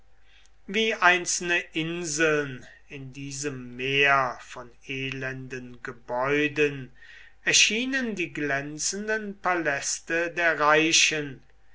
wie einzelne inseln in diesem meer von elenden gebäuden erschienen die glänzenden paläste der reichen